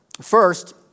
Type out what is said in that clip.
First